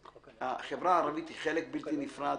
החברה הערבית היא חלק בלתי נפרד